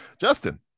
Justin